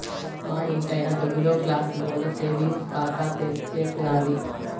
మా ఇంటాయన తొమ్మిదో క్లాసులోనే సేవింగ్స్ ఖాతా తెరిచేసినాది